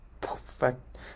perfect